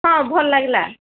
ହଁ ଭଲ ଲାଗିଲା